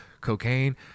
cocaine